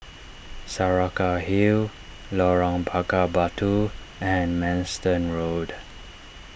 Saraca Hill Lorong Bakar Batu and Manston Road